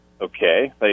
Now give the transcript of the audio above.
okay